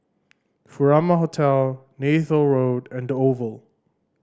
Furama Hotel Neythal Road and The Oval